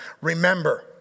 remember